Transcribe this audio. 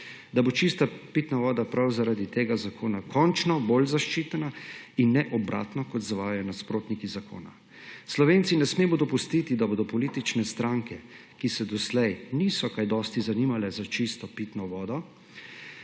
da bo čista pitna voda prav zaradi tega zakona končno bolj zaščitena in ne obratno, kot zavajajo nasprotniki zakona. Slovenci ne smemo dopustiti, da bodo politične stranke, ki se doslej niso kaj dosti zanimale za čisto pitno vodo,